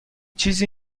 چیزی